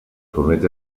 torneig